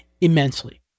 immensely